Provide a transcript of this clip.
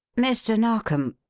mr. narkom!